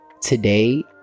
Today